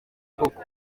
koko